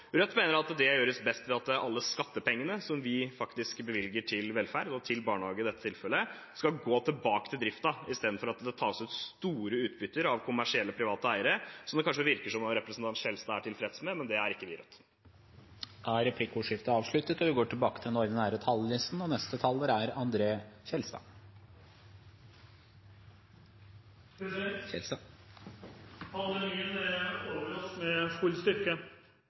Rødt mener at det gjøres best ved at alle skattepengene som vi bevilger til velferd – og til barnehager i dette tilfellet – skal gå tilbake til driften istedenfor at det tas ut store utbytter av kommersielle private eiere. Det virker som representanten Skjelstad er tilfreds med det, men det er ikke vi i Rødt. Replikkordskiftet er avsluttet. Pandemien er over oss med full styrke. Igjen ber vi innbyggerne om mye. Vi vet ikke hvordan pandemien utvikler seg framover og hvor inngripende tiltak vi må leve med,